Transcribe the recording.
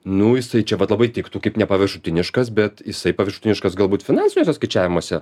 nu jisai čia vat labai tiktų kaip nepaviršutiniškas bet jisai paviršutiniškas galbūt finansiniuose skaičiavimuose